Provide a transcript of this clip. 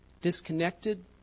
disconnected